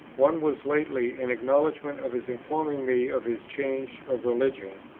one was lately, in acknowledgment of his informing me of his change of religion.